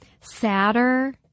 sadder